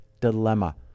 dilemma